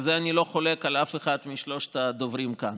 בזה אני לא חולק על אף משלושת הדוברים כאן.